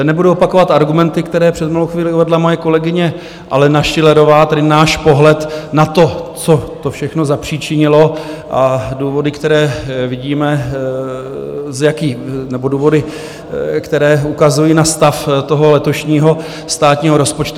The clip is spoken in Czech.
Nebudu opakovat argumenty, které před malou chvílí uvedla moje kolegyně Alena Schillerová, tedy náš pohled na to, co to všechno zapříčinilo, a důvody, které vidíme, nebo důvody, které ukazují na stav letošního státního rozpočtu.